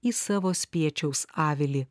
į savo spiečiaus avilį